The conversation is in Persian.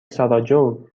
ساراجوو